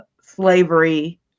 slavery